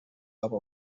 uba